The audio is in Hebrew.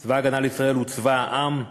צבא הגנה לישראל הוא צבא העם,